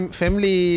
family